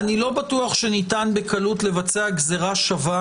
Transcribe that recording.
אני לא חושב שניתן בקלות לבצע גזירה שווה